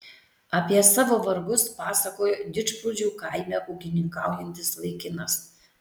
apie savo vargus pasakojo didžprūdžių kaime ūkininkaujantis vaikinas